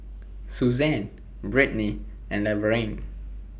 Suzann Brittny and Laverne